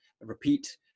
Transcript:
repeat